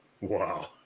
Wow